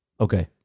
Okay